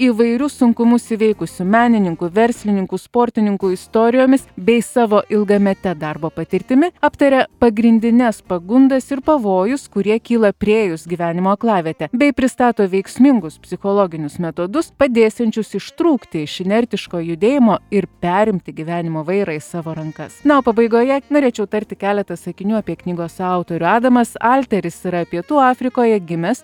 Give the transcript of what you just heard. įvairius sunkumus įveikusių menininkų verslininkų sportininkų istorijomis bei savo ilgamete darbo patirtimi aptaria pagrindines pagundas ir pavojus kurie kyla priėjus gyvenimo aklavietę bei pristato veiksmingus psichologinius metodus padėsiančius ištrūkti iš inertiško judėjimo ir perimti gyvenimo vairą į savo rankas na o pabaigoje norėčiau tarti keletą sakinių apie knygos autorių adamas alteris yra pietų afrikoje gimęs